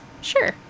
sure